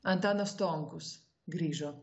antanas stonkus grįžo